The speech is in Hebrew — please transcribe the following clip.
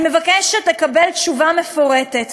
אני מבקשת לקבל תשובה מפורטת.